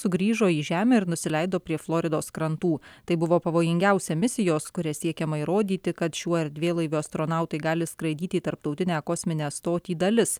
sugrįžo į žemę ir nusileido prie floridos krantų tai buvo pavojingiausia misijos kuria siekiama įrodyti kad šiuo erdvėlaiviu astronautai gali skraidyti į tarptautinę kosminę stotį dalis